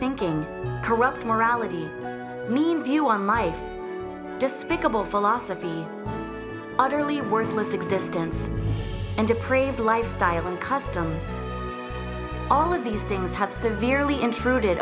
thinking corrupt morality mean view on life despicable philosophy utterly worthless existence and appraised lifestyle and customs all of these things have severely intrud